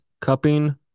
cupping